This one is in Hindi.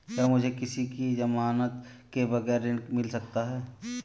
क्या मुझे किसी की ज़मानत के बगैर ऋण मिल सकता है?